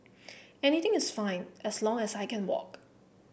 anywhere is fine as long as I can walk